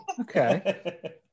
Okay